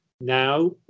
now